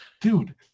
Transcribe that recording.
Dude